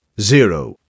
Zero